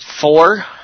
Four